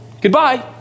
Goodbye